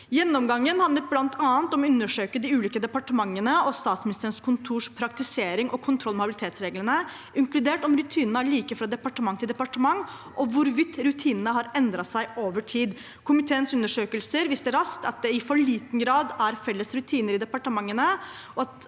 Gjennomgangen handlet bl.a. om å undersøke de ulike departementene og Statsministerens kontors praktisering av og kontroll med habilitetsreglene, inkludert om rutinene er like fra departement til departement og hvorvidt rutinene har endret seg over tid. Komiteens undersøkelser viste raskt at det i for liten grad er felles rutiner i departementene,